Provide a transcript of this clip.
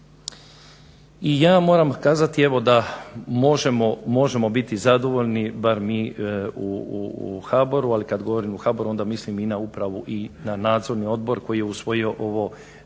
I ja moram kazati evo da možemo biti zadovoljni bar mi u HBOR-u, ali kad govorim o HBOR-u onda mislim i na upravu i na nadzorni odbor koji je usvojio ovo